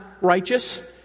righteous